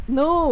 no